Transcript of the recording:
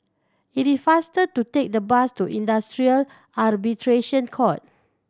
it is faster to take the bus to Industrial Arbitration Court